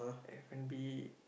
F-and-B